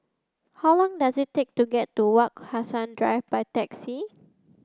how long does it take to get to Wak Hassan Drive by taxi